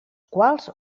quals